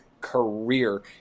career